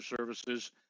Services